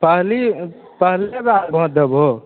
कहली पहिले बार भोट देबहो